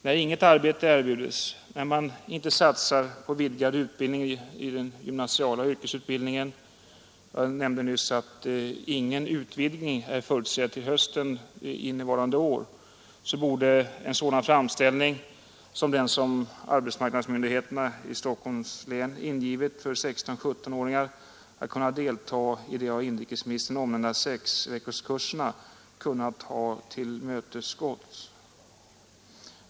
När inget arbete erbjuds, när man inte satsar på en utvidgning av den gymnasiala yrkesutbildningen — jag nämnde nyss att ingen utvidgning är förutsedd till hösten innevarande år — så borde en sådan framställning som den arbetsmarknadsmyndigheterna i Stockholms län ingivit om att 16 och 17-åringar skulle kunna delta i de av inrikesministern omnämnda sexveckorskurserna ha kunnat tillmötesgås.